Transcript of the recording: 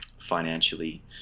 financially